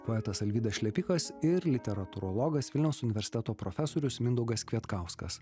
poetas alvydas šlepikas ir literatūrologas vilniaus universiteto profesorius mindaugas kvietkauskas